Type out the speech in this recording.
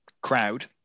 crowd